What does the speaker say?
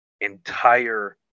entire